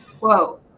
Whoa